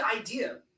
idea